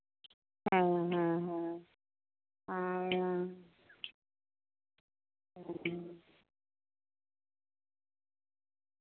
ᱦᱮᱸ ᱦᱮᱸ ᱦᱮᱸ ᱦᱮᱸ